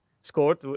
Scored